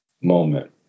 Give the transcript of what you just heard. moment